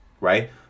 right